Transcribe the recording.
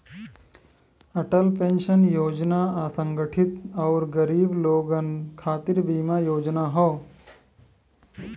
Atal pension Yojana असंगठित आउर गरीब लोगन खातिर बीमा योजना हौ